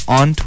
on